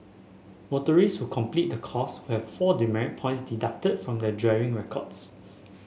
motorist who complete the course will have four demerit points deducted from their driving records